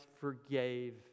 forgave